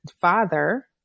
father